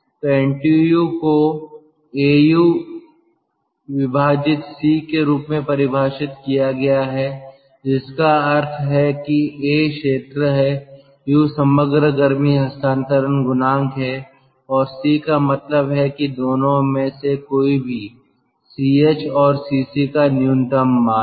तो एनटीयू को AU C के रूप में परिभाषित किया गया है जिसका अर्थ है कि A क्षेत्र है U समग्र गर्मी हस्तांतरण गुणांक है और C का मतलब है कि दोनों में से कोई भी Ch और Cc का न्यूनतम मान है